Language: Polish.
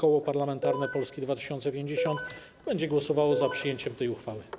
Koło Parlamentarne Polska 2050 będzie głosowało za przyjęciem tej uchwały.